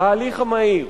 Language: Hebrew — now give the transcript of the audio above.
ההליך המהיר.